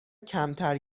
کمتر